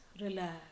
relax